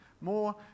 more